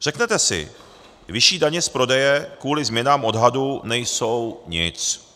Řeknete si, vyšší daně z prodeje kvůli změnám odhadu nejsou nic.